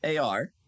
AR